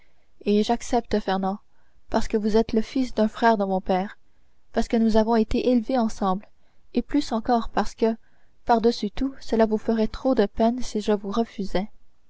et j'accepte fernand parce que vous êtes le fils d'un frère de mon père parce que nous avons été élevés ensemble et plus encore parce que par-dessus tout cela vous ferait trop de peine si je vous refusais